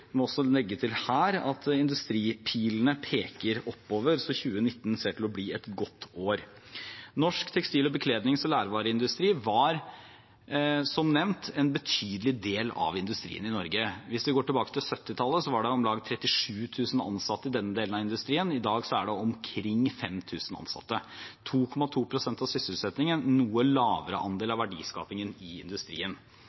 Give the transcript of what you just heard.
må også legge til her at industripilene peker oppover, så 2019 ser ut til å bli et godt år. Norsk tekstil-, beklednings- og lærvareindustri var, som nevnt, en betydelig del av industrien i Norge. Hvis vi går tilbake til 1970-tallet, var det om lag 37 000 ansatte i denne delen av industrien. I dag er det omkring 5 000 ansatte, som utgjør 2,2 pst. av sysselsettingen og en noe lavere andel